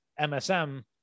MSM